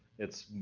it's,